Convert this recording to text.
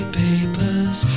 papers